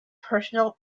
personal